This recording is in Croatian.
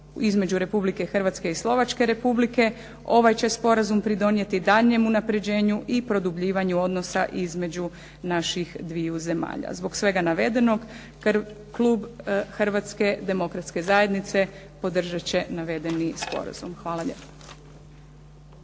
između Republike Hrvatske i Slovačke Republike ovaj će sporazum pridonijeti daljnjem unapređenju i produbljivanju odnosa između naših dviju zemalja. Zbog svega navedenog klub Hrvatske demokratske zajednice podržat će navedeni sporazum. Hvala lijepo.